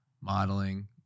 modeling